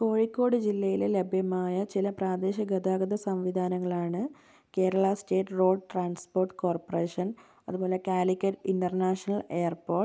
കോഴിക്കോട് ജില്ലയിലെ ലഭ്യമായ ചില പ്രാദേശിക ഗതാഗത സംവിധാനങ്ങളാണ് Kerala state road transport corporation അതുപോലെ കാലിക്കറ്റ് ഇൻ്റർനാഷണൽ എയർപോർട്ട്